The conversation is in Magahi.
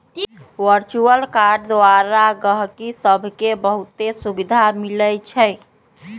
वर्चुअल कार्ड द्वारा गहकि सभके बहुते सुभिधा मिलइ छै